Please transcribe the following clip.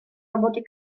работой